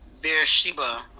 Beersheba